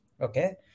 okay